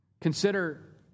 Consider